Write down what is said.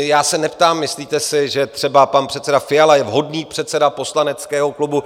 Já se neptám: Myslíte si, že třeba pan předseda Fiala je vhodný předseda poslaneckého klubu?